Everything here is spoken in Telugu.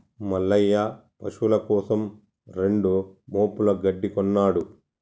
మల్లయ్య పశువుల కోసం రెండు మోపుల గడ్డి కొన్నడు